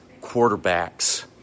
quarterbacks